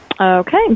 Okay